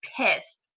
pissed